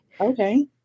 Okay